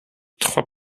trois